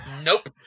nope